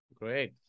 Great